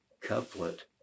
couplet